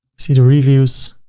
see the reviews,